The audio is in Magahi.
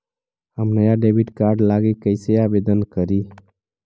हम नया डेबिट कार्ड लागी कईसे आवेदन करी?